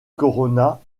corona